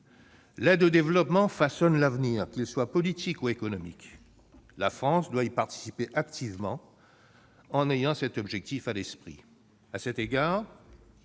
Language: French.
L'aide au développement façonne l'avenir, politique ou économique. La France doit y participer activement, en ayant cet objectif à l'esprit.